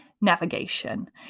navigation